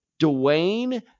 Dwayne